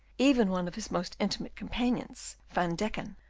even one of his most intimate companions van deken.